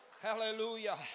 Hallelujah